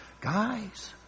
Guys